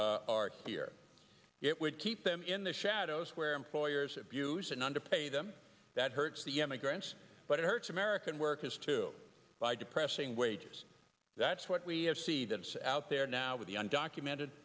that are here it would keep them in the shadows where employers abuse and underpay them that hurts the emigrants but it hurts american workers too by depressing wages that's what we have see them out there now with the undocumented